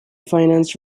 financed